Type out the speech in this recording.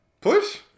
Push